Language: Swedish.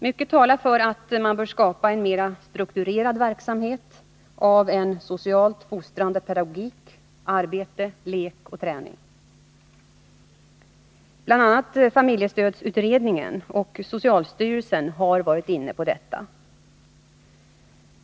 Mycket talar för att man bör skapa en mera strukturerad verksamhet med en socialt fostrande pedagogik, arbete, lek och inlärning. Bl. a. familjestödsutredningen och socialstyrelsen har varit inne på detta.